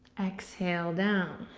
exhale down.